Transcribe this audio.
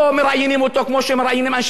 אנשי התקשורת שהולכים לפוליטיקה היום.